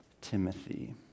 Timothy